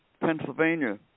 Pennsylvania